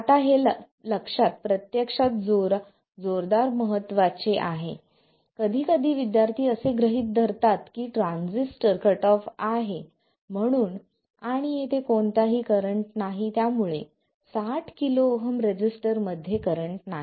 आता हे लक्षात प्रत्यक्षात जोरदार महत्त्वाचे आहे कधीकधी विद्यार्थी असे गृहीत धरतात की ट्रान्झिस्टर कट ऑफ आहे म्हणून आणि येथे कोणतेही करंट नाही त्यामुळे 60 KΩ रेझिस्टरमध्ये करंट नाही